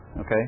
Okay